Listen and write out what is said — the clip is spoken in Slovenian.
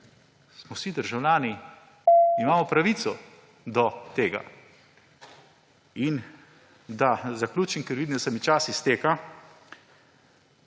smo vsi državljani, imamo pravico do tega. Da zaključim, ker vidim, da se mi čas izteka.